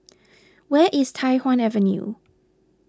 where is Tai Hwan Avenue